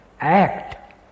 act